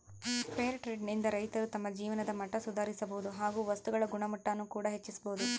fair trade ನಿಂದ ರೈತರು ತಮ್ಮ ಜೀವನದ ಮಟ್ಟ ಸುಧಾರಿಸಬೋದು ಹಾಗು ವಸ್ತುಗಳ ಗುಣಮಟ್ಟಾನ ಕೂಡ ಹೆಚ್ಚಿಸ್ಬೋದು